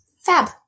fab